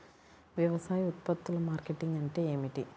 వ్యవసాయ ఉత్పత్తుల మార్కెటింగ్ అంటే ఏమిటి?